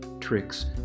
tricks